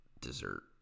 dessert